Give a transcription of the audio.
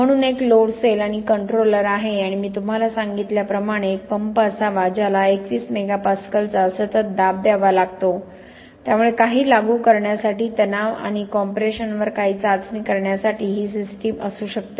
म्हणून एक load cell आणि कंट्रोलर आहे आणि मी तुम्हाला सांगितल्याप्रमाणे एक पंप असावा ज्याला 21 MPa चा सतत दाब द्यावा लागतो त्यामुळे काही लागू करण्यासाठी तणाव किंवा कॉम्प्रेशनवर काही चाचणी करण्यासाठी ही सिस्टम असू शकते